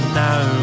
now